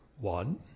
one